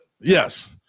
yes